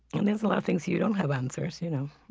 and there's a lot of things you don't have answers, you know.